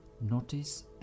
Notice